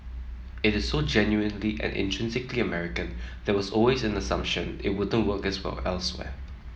it is so genuinely and intrinsically American there was always in a assumption it wouldn't work as well elsewhere